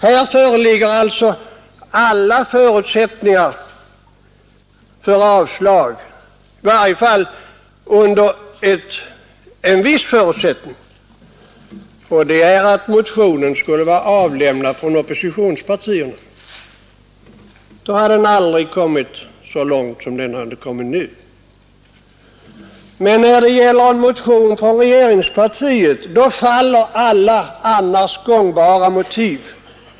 Här förligger alltså alla skäl som fordras för avslag, i varje fall under en viss förutsättning — meningen att motionen skulle vara avlämnad från oppositionspartierna. Då hade den aldrig kommit så långt som den kommit nu. Men när det gäller en motion från regeringspartiet faller alla annars gångbara motiv.